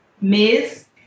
Ms